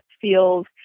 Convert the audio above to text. feels